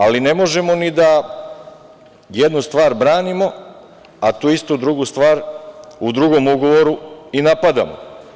Ali, ne možemo ni da jednu stvar branimo, a tu istu drugu stvar u drugom ugovoru i napadamo.